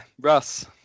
Russ